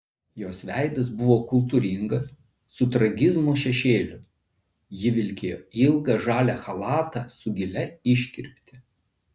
jos veidas buvo kultūringas su tragizmo šešėliu ji vilkėjo ilgą žalią chalatą su gilia iškirpte